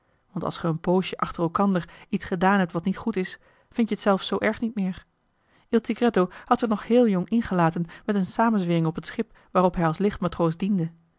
want als ge een poosje achter elkander iets gedaan hebt wat niet goed is vind-je t zelf zoo joh h been paddeltje de scheepsjongen van michiel de ruijter erg niet meer il tigretto had zich nog heel jong ingelaten met een samenzwering op het schip waarop hij als